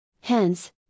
Hence